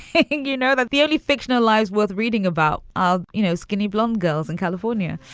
you know that the only fictionalized worth reading about, ah you know, skinny blonde girls in california.